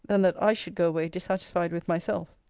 than that i should go away dissatisfied with myself.